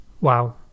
Wow